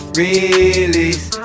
release